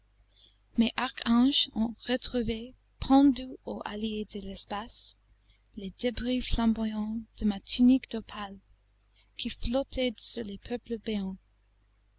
mes archanges ont retrouvé pendus aux halliers de l'espace les débris flamboyants de ma tunique d'opale qui flottaient sur les peuples béants